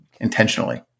intentionally